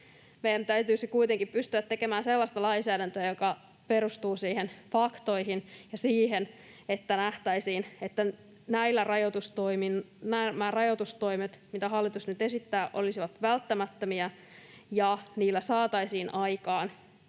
Meidän täytyisi kuitenkin pystyä tekemään sellaista lainsäädäntöä, joka perustuu faktoihin ja siihen, että nähtäisiin, että nämä rajoitustoimet, mitä hallitus nyt esittää, olisivat välttämättömiä ja niillä saataisiin aikaan